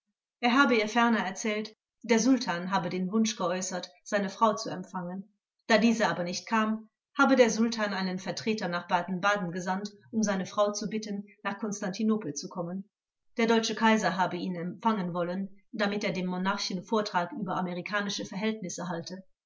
er habe ihr ferner erzählt der sultan habe den wunsch geäußert seine frau zu empfangen da diese aber nicht kam habe der sultan einen vertreter nach baden-baden gesandt um seine frau zu bitten nach konstantinopel zu kommen der deutsche kaiser habe ihn empfangen wollen damit er dem monarchen vortrag über amerikanische verhältnisse halte